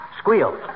Squeal